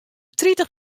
tritich